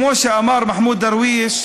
כמו שאמר מחמוד דרוויש,